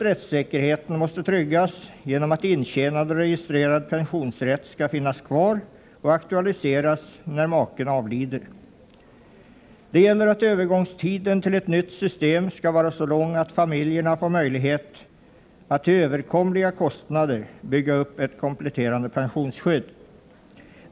Rättssäkerheten måste tryggas genom att intjänad och registrerad pensionsrätt skall finnas kvar och aktualiseras när maken avlider. Övergångstiden till ett nytt system skall vara så lång att familjerna får möjlighet att till överkomliga kostnader bygga upp ett kompletterande pensionsskydd.